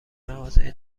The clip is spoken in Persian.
مغازه